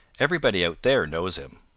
everybody out there knows him.